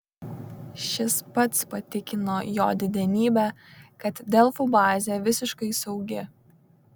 šis pats patikino jo didenybę kad delfų bazė visiškai saugi